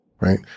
right